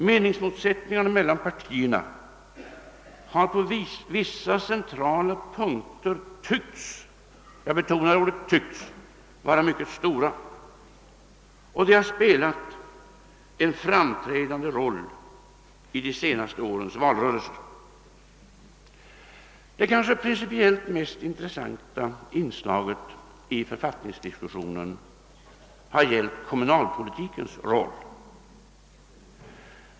Meningsmotsättningarna mellan partierna har på vissa centrala punkter tyckts — jag betonar tyckts — vara mycket stora, och de har spelat en framträdande roll i de senaste årens valrörelser. Det principiellt kanske mest intressanta inslaget i författningsdiskussionen har varit kommunalpolitikens roll.